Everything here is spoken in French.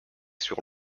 sur